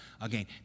again